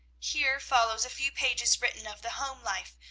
here follows a few pages written of the home-life,